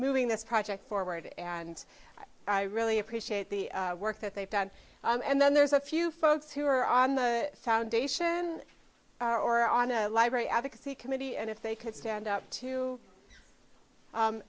moving this project forward and i really appreciate the work that they've done and then there's a few folks who are on the foundation or on a library advocacy committee and if they could stand up to